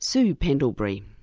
sue pendlebury.